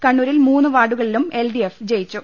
കണ്ണൂരിൽ മൂന്ന് വാർഡുകളിലും എൽ ഡി എഫ് ജയിച്ചു